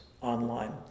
online